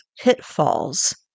pitfalls